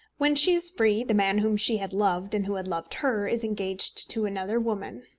when she is free, the man whom she had loved, and who had loved her, is engaged to another woman.